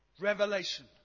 Revelation